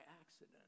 accident